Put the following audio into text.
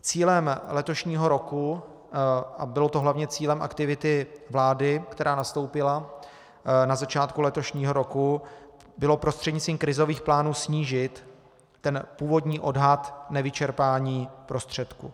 Cílem letošního roku, a bylo to hlavně cílem aktivity vlády, která nastoupila na začátku letošního roku, bylo prostřednictvím krizových plánů snížit původní odhad nevyčerpání prostředků.